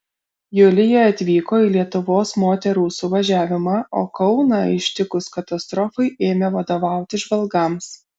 julija atvyko į lietuvos moterų suvažiavimą o kauną ištikus katastrofai ėmė vadovauti žvalgams